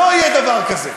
לא יהיה דבר כזה,